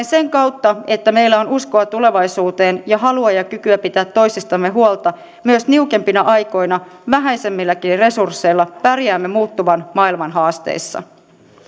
sen kautta että meillä on uskoa tulevaisuuteen ja halua ja kykyä pitää toisistamme huolta myös niukempina aikoina vähäisemmilläkin resursseilla pärjäämme muuttuvan maailman haasteissa